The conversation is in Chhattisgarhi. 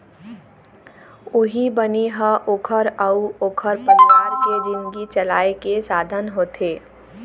उहीं बनी ह ओखर अउ ओखर परिवार के जिनगी चलाए के साधन होथे